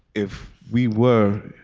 if we were